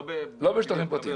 לא בשטחים פרטיים.